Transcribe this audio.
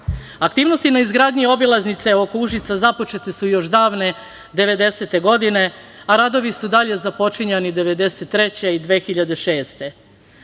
BiH.Aktivnosti na izgradnji obilaznice oko Užica započete su još davne 1990. godine, a radovi su dalje započinjani 1993. i 2006.